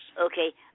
Okay